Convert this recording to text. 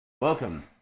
Welcome